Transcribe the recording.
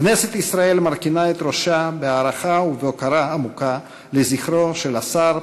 כנסת ישראל מרכינה את ראשה בהערכה ובהוקרה עמוקה לזכרו של השר,